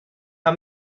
how